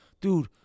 Dude